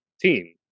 team